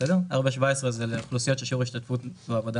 4.17 זה לאוכלוסיות ששיעור ההשתתפות בעבודה